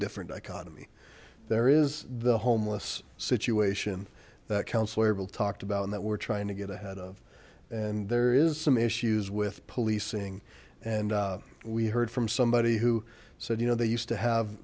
different dichotomy there is the homeless situation that counselor will talk about and that we're trying to get ahead of and there is some issues with policing and we heard from somebody who said you know they used to have